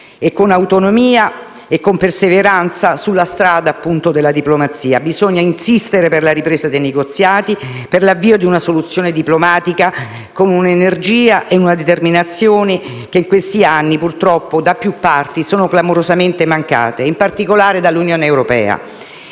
con autonomia e con perseveranza sulla strada - appunto - della diplomazia, bisogna insistere per la ripresa dei negoziati, per l'avvio di una soluzione diplomatica, con un'energia e una determinazione che in questi anni purtroppo da più parti sono clamorosamente mancate, in particolare dall'Unione europea.